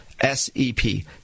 SEP